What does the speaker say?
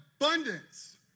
abundance